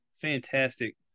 fantastic